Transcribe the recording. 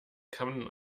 kann